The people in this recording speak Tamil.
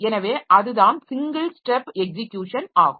எனவே அதுதான் ஸிங்கிள் ஸ்டெப் எக்ஸிக்யூஷன் ஆகும்